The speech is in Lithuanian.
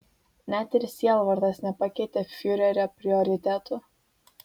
net ir sielvartas nepakeitė fiurerio prioritetų